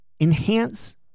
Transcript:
enhance